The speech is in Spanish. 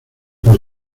por